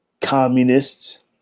Communists